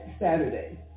Saturday